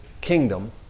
kingdom